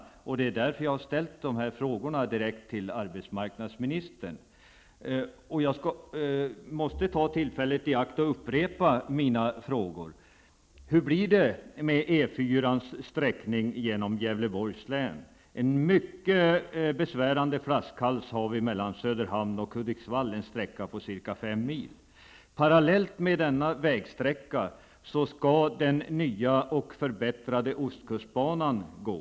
Det är därför jag har ställt dessa frågor direkt till arbetsmarknadsministern. Jag måste ta tillfället i akt att upprepa mina frågor: Gävleborgs län? Vi har en mycket besvärande flaskhals mellan Söderhamn och Hudiksvall, en sträcka på ca 5 mil. Parallellt med denna vägsträcka skall den nya och förbättrade ostkustbanan gå.